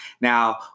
Now